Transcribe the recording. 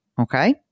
Okay